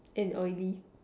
end already